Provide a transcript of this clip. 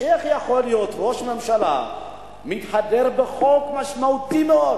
איך יכול להיות שראש ממשלה מתהדר בחוק משמעותי מאוד,